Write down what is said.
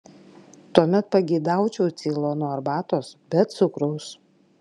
tuomet pageidaučiau ceilono arbatos be cukraus